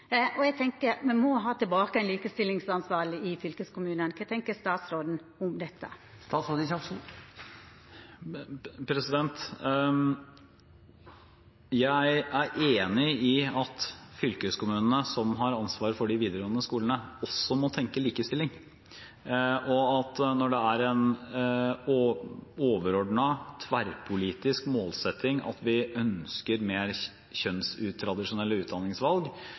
må ha tilbake ein likestillingsansvarleg i fylkeskommunane. Kva tenkjer statsråden om det? Jeg er enig i at fylkeskommunene, som har ansvar for de videregående skolene, også må tenke likestilling, og at når det er en overordnet, tverrpolitisk målsetting at vi ønsker mer kjønnsutradisjonelle utdanningsvalg,